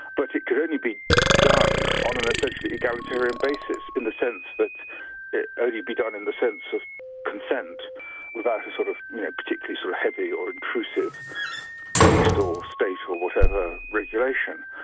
but it could only be done on an essentially egalitarian basis, in the sense that it only be done in the sense of consent without a sort of particularly so heavy or intrusive policed or state or whatever regulation.